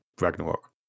Ragnarok